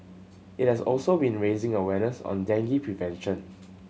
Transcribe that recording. it has also been raising awareness on dengue prevention